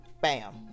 bam